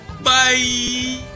Bye